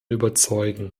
überzeugen